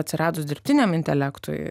atsiradus dirbtiniam intelektui